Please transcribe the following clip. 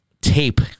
tape